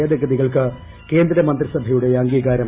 ഭേദഗതികൾക്ക് കേന്ദ്ര മന്ത്രിസഭയുടെ അംഗീകാരം